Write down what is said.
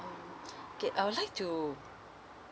okay I would like to